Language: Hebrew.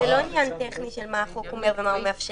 זה לא עניין טכני של מה החוק אומר ומה הוא מאפשר.